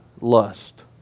lust